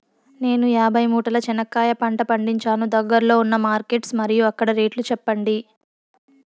నేను యాభై మూటల చెనక్కాయ పంట పండించాను దగ్గర్లో ఉన్న మార్కెట్స్ మరియు అక్కడ రేట్లు చెప్పండి?